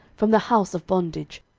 from the house of bondage,